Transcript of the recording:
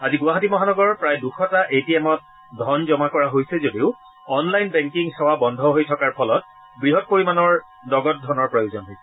আজি গুৱাহাটী মহানগৰৰ প্ৰায় দুশটা এ টি এমত ধন জমা কৰা হৈছে যদিও অনলাইন বেংকিং সেৱা বন্ধ হৈ থকাৰ ফলত বৃহৎ পৰিমাণৰ নগদ ধনৰ প্ৰয়োজন হৈছে